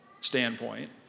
standpoint